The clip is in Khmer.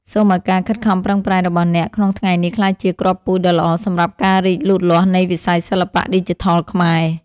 សូមឱ្យការខិតខំប្រឹងប្រែងរបស់អ្នកក្នុងថ្ងៃនេះក្លាយជាគ្រាប់ពូជដ៏ល្អសម្រាប់ការរីកលូតលាស់នៃវិស័យសិល្បៈឌីជីថលខ្មែរ។